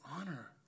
honor